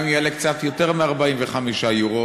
גם אם יעלה קצת יותר מ-45 יורו,